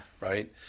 Right